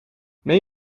meen